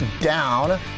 down